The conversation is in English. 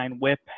whip